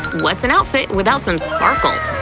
what's an outfit without some sparkle?